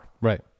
Right